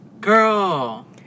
girl